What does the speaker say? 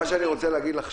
מה שאני רוצה להגיד לך,